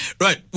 right